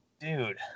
dude